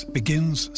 begins